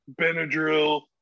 Benadryl